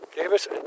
Davis